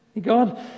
God